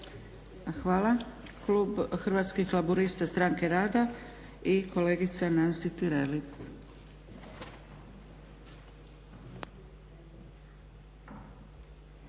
(SDP)** Hvala. Klub Hrvatskih laburista – Stranke rada, i kolegica Nansi Tireli.